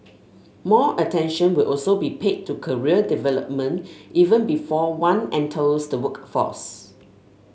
more attention will also be paid to career development even before one enters the workforce